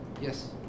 Yes